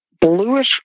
bluish